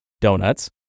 donuts